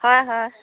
হয় হয়